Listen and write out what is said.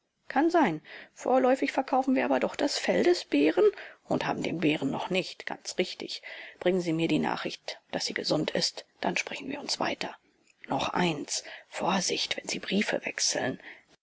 kann sein vorläufig verkaufen wir aber doch das fell des bären und haben den bären noch nicht ganz richtig bringen sie mir die nachricht daß sie gesund ist dann sprechen wir uns weiter noch eins vorsicht wenn sie briefe wechseln